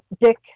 Dick